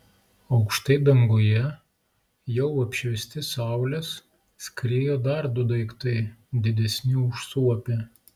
aukštai danguje jau apšviesti saulės skriejo dar du daiktai didesni už suopį